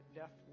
death